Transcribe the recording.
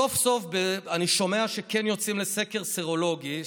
סוף-סוף אני שומע שכן יוצאים לסקר סרולוגי,